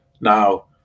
now